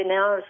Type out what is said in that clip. now